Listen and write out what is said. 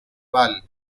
val